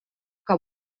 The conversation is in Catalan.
que